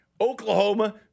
Oklahoma